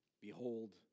Behold